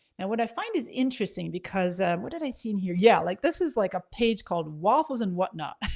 and what i find is interesting because what did i see in here? yeah, like this is like a page called waffles and whatnot